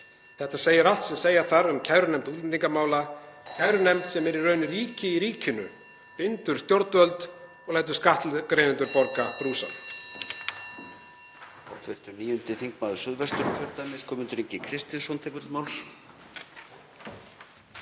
Þetta segir allt sem segja þarf um kærunefnd útlendingamála. Kærunefnd sem er í raun ríki í ríkinu, bindur stjórnvöld og lætur skattgreiðendur borga brúsann.